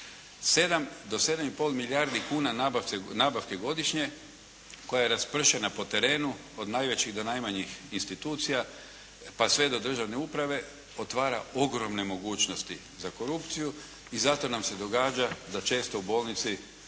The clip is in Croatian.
7 i pol milijardi kuna nabavke godišnje koja je raspršena na terenu od najvećih do najmanjih institucija pa sve do državne uprave otvara ogromne mogućnosti za korupciju i zato nam se događa da često u bolnici